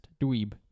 Dweeb